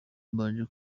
mbanje